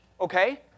okay